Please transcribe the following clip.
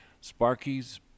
Sparky's